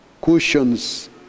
cushions